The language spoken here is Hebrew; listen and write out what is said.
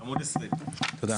20. תודה.